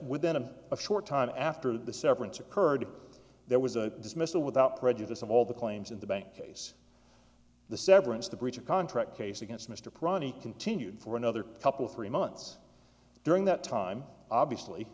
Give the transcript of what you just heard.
within a short time after the severance occurred there was a dismissal without prejudice of all the claims in the bank case the severance the breach of contract case against mr pranita continued for another couple three months during that time obviously